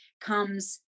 comes